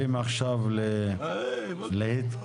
להתכנס להסתייגויות.